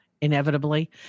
inevitably